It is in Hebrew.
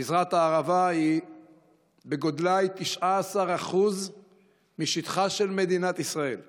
גזרת הערבה היא 19% משטחה של מדינת ישראל בגודלה,